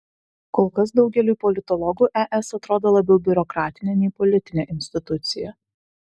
kol kas daugeliui politologų es atrodo labiau biurokratinė nei politinė institucija